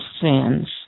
sins